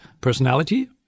personality